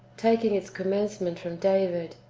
taking its commencement from david,